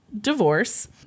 divorce